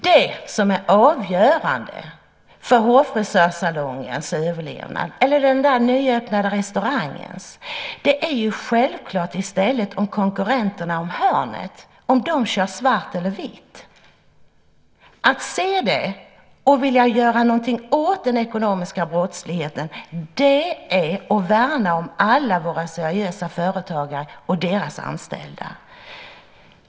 Det som är avgörande för hårfrisörssalongens överlevnad eller den nyöppnade restaurangens är självklart om konkurrenterna om hörnet kör svart eller vitt. Att se det och vilja göra någonting åt den ekonomiska brottsligheten är att värna om alla våra seriösa företagare och deras anställda.